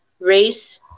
race